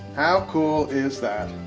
how cool is that?